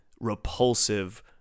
repulsive